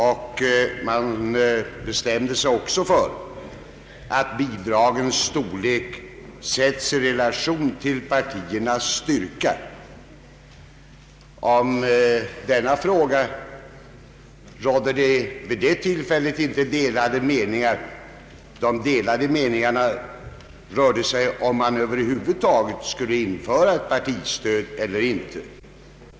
Vidare bestämde man sig för att bidragens storlek skulle sättas i relation till partiernas styrka. I denna fråga rådde det vid detta tillfälle inte några delade meningar. De delade meningarna gällde, om man över huvud taget skulle införa ett partistöd eller inte.